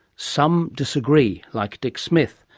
some disagree, like dick smith,